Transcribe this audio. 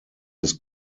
his